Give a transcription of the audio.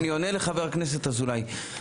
שנייה, אני עונה לחבר הכנסת אזולאי.